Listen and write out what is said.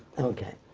ok.